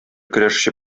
көрәшче